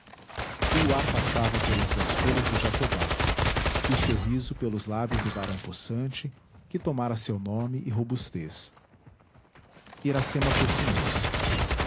o luar passava por entre as folhas do jatobá e o sorriso pelos lábios do varão possante que tomara seu nome e robustez iracema aproximou-se